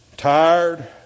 Tired